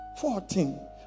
Fourteen